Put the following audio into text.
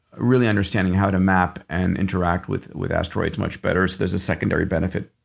really understanding how to map and interact with with asteroids much better. there's a secondary benefit